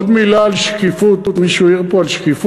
עוד מילה על שקיפות, מישהו העיר פה על שקיפות: